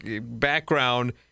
background